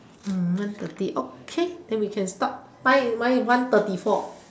err one thirty okay then we can stop mine is mine is one one thirty four